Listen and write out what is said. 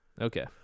Okay